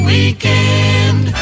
Weekend